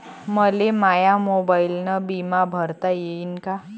मले माया मोबाईलनं बिमा भरता येईन का?